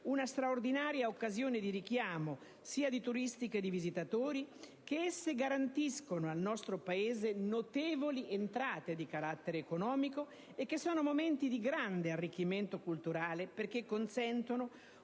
una straordinaria occasione di richiamo sia di turisti sia di visitatori, che esse garantiscono al nostro Paese notevoli entrate di carattere economico e che rappresentano momenti di grande arricchimento culturale, perché consentono